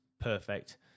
Perfect